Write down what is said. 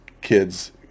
kids